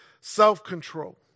self-control